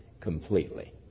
completely